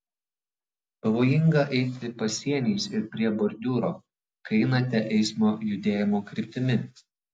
pavojinga eiti pasieniais ir prie bordiūro kai einate eismo judėjimo kryptimi